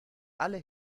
alle